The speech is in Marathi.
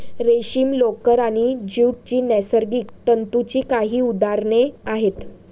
रेशीम, लोकर आणि ज्यूट ही नैसर्गिक तंतूंची काही उदाहरणे आहेत